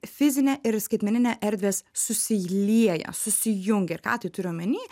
fizinė ir skaitmeninė erdvės susilieja susijungia ir ką tai turiu omeny